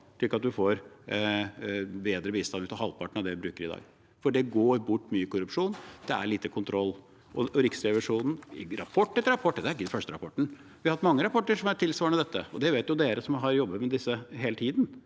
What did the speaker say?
slik at en får bedre bistand ut av halvparten av det vi bruker i dag. For det går bort mye i korrupsjon, det er lite kontroll. Riksrevisjonen lager også rapport etter rapport, dette er ikke den første rapporten. Vi har hatt mange tilsvarende rapporter. Det vet de som har jobbet med disse hele tiden.